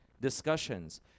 discussions